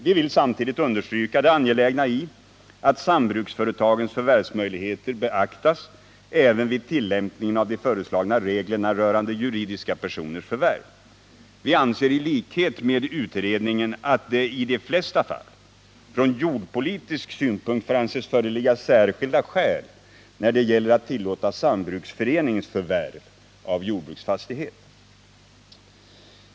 Vi vill samtidigt understryka det angelägna i att sambruksföretagens förvärvsmöjligheter beaktas även vid tillämpningen av de föreslagna reglerna rörande juridiska personers förvärv. Vi anser i likhet med utredningen att det i de flesta fall från jordpolitisk synpunkt får anses föreligga särskilda skäl när det gäller att tillåta sambruksförenings förvärv av jordbruksfastighet.